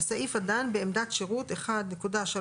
בסעיף הדן בעמדת שירות (1.3.4),